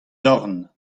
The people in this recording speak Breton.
dorn